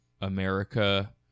America